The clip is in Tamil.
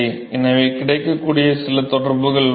எனவே கிடைக்கக்கூடிய சில தொடர்புகள் உள்ளன